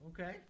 Okay